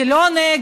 זה לא נגד,